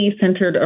centered